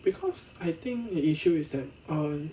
because I think the issue is that err